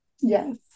Yes